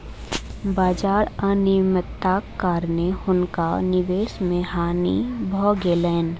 बाजार अनियमित्ताक कारणेँ हुनका निवेश मे हानि भ गेलैन